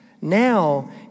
Now